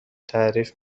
تعارف